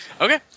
Okay